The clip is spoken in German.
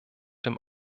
dem